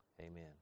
Amen